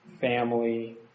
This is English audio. family